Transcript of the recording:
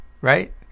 Right